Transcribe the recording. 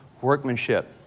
workmanship